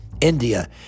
India